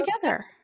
together